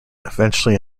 eventually